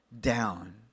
down